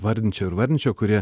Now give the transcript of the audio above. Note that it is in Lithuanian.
vardinčiau ir vardinčiau kurie